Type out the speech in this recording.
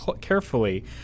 carefully